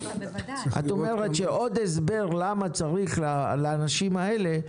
את אומרת שעוד הסבר למה צריך לתת לאנשים האלה,